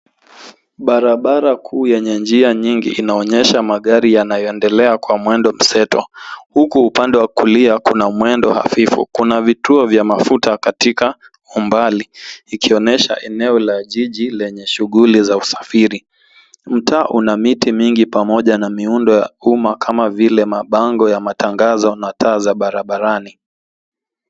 Barabara kuu yenye njia nyingi inaonyesha magari yanayoendelea kwa mambo mseto huku upande wa kulia kuna mwendo hafifu. Kuna vituo vya mafuta katika umbali ikionyesha eneo la jiji lenye shughuli za usafiri. Mtaa Una miti mingi pamoja na miundo ya umma kama vile mabango ya matangazo na taa za barabarani.